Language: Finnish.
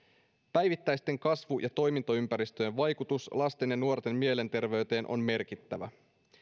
päivittäisten kasvu ja toimintoympäristöjen vaikutus lasten ja nuorten mielenterveyteen on merkittävä